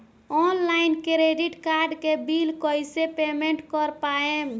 Online credit card के bill कइसे payment कर पाएम?